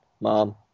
Mom